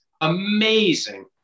amazing